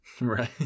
right